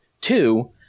Two